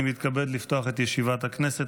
אני מתכבד לפתוח את ישיבת הכנסת.